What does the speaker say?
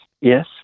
yes